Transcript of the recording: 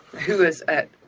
who is it?